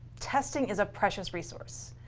testing is a precious resource.